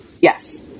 Yes